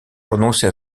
renoncé